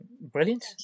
brilliant